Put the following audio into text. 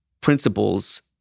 principles